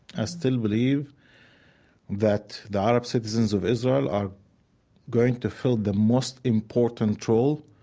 i still believe that the arab citizens of israel are going to fill the most important role